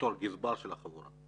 בתור הגזבר של החבורה.